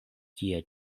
tie